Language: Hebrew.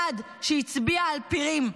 אחד, שהצביע על פירים,